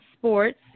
sports